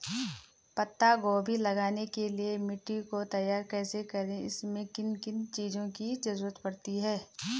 पत्ता गोभी लगाने के लिए मिट्टी को तैयार कैसे करें इसमें किन किन चीज़ों की जरूरत पड़ती है?